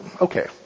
okay